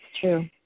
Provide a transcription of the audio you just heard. True